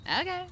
okay